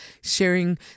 sharing